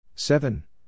Seven